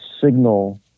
signal